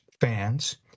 fans